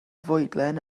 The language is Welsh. fwydlen